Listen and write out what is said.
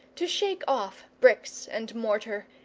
to shake off bricks and mortar,